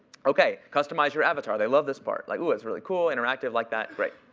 ok. customize your avatar. they love this part. like, ooh, that's really cool, interactive like that. great.